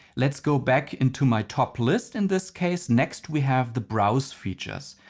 let's go back into my top list. in this case, next we have the browse features.